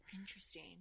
Interesting